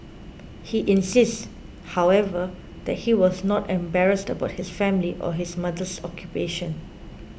he insists however that he was not embarrassed about his family or his mother's occupation